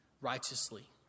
righteously